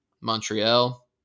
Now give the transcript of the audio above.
Montreal